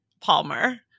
Palmer